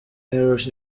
errors